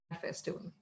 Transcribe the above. festival